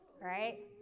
right